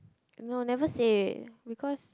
no never say because